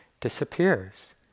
disappears